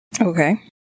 Okay